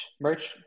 Merch